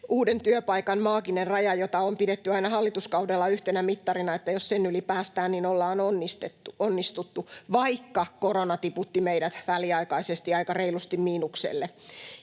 uuden työpaikan maaginen raja, jota on aina pidetty hallituskaudella yhtenä mittarina, että jos sen yli päästään, niin ollaan onnistuttu — vaikka korona tiputti meidät väliaikaisesti aika reilusti miinukselle.